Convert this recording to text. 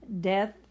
death